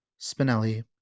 Spinelli